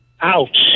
ouch